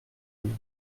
jours